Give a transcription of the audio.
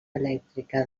elèctrica